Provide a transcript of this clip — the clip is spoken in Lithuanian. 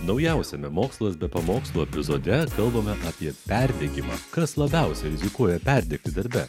naujausiame mokslas be pamokslų epizode kalbame apie perdegimą kas labiausiai rizikuoja perdegti darbe